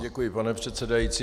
Děkuji, pane předsedající.